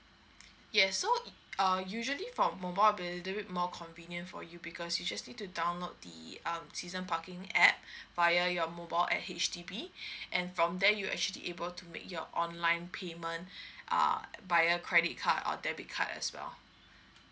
yes so err usually for mobile will it more convenient for you because you just need to download the um season parking app via your mobile at H_D_B and from there you actually able to make your online payment err via credit card or debit card as well